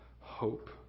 hope